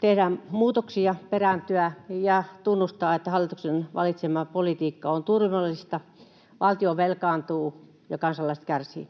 tehdä muutoksia, perääntyä ja tunnustaa, että hallituksen valitsema politiikka on turmiollista: valtio velkaantuu ja kansalaiset kärsivät.